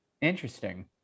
Interesting